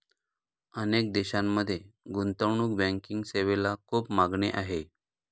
अनेक देशांमध्ये गुंतवणूक बँकिंग सेवेला खूप मागणी आहे